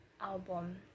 album